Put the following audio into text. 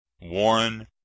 warren